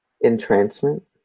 entrancement